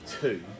two